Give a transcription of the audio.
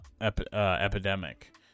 epidemic